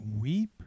weep